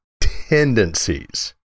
tendencies